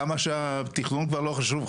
כמה שהתכנון כבר לא חשוב.